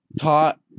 taught